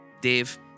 Dave